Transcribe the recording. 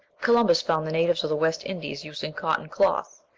columbus found the natives of the west indies using cotton cloth.